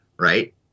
Right